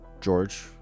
George